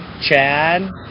Chad